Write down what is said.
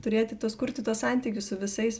turėti tuos kurti tuos santykius su visais